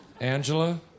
Angela